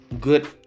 good